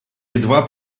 едва